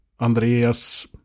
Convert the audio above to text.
Andreas